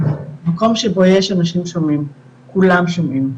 מקום שבו יש אנשים שומעים, כולם שומעים,